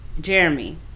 Jeremy